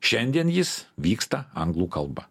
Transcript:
šiandien jis vyksta anglų kalba